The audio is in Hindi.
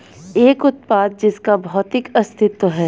एक उत्पाद जिसका भौतिक अस्तित्व है?